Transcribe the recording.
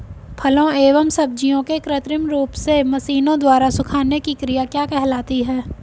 फलों एवं सब्जियों के कृत्रिम रूप से मशीनों द्वारा सुखाने की क्रिया क्या कहलाती है?